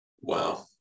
wow